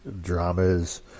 dramas